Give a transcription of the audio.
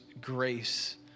grace